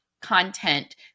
content